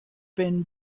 been